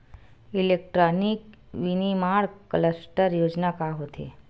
Electronic विनीर्माण cluster योजना का होथे?